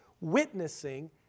witnessing